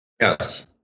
Yes